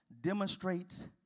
demonstrates